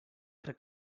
crec